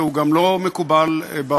והוא גם לא מקובל בעולם.